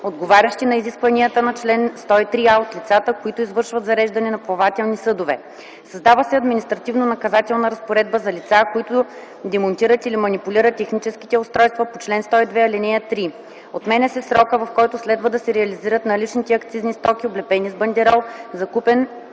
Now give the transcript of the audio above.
отговарящи на изискванията на чл. 103а, от лицата, които извършват зареждане на плавателни съдове; – създава се административнонаказателна разпоредба за лица, които демонтират или манипулират техническите устройства по чл. 102, ал.3; – отменя се срокът, в който следва да се реализират наличните акцизни стоки, облепени с бандерол, закупен